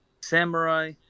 Samurai